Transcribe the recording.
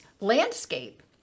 landscape